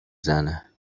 زنه